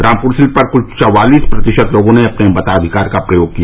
Rampur seat पर कुल चौवालिस प्रतिशत लोगों ने अपने मताधिकार का प्रयोग किया